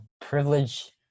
privilege